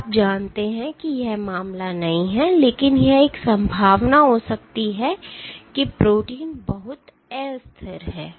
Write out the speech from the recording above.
तब आप जानते हैं कि यह मामला नहीं है लेकिन यह एक संभावना हो सकती है कि प्रोटीन बहुत अस्थिर है